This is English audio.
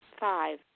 five